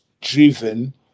driven